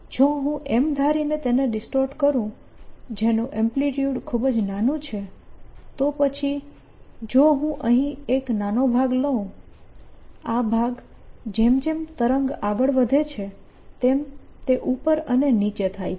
જો હું એમ ધારીને તેને ડિસ્ટોર્ટ કરું જેનું એમ્પ્લીટ્યુડ ખૂબ જ નાનું છે તો પછી જો હું અહીં એક નાનો ભાગ લઉં આ ભાગ જેમ જેમ તરંગ આગળ વધે છે તેમ તે ઉપર અને નીચે થાય છે